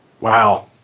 Wow